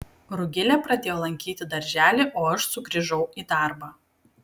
rugilė pradėjo lankyti darželį o aš sugrįžau į darbą